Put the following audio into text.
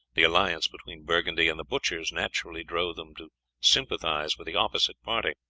the alliance between burgundy and the butchers naturally drove them to sympathize with the opposite party.